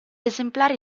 esemplari